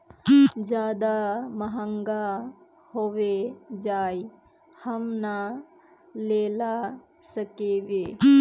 ज्यादा महंगा होबे जाए हम ना लेला सकेबे?